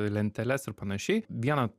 lenteles ir panašiai vieną